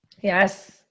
Yes